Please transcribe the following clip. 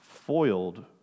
foiled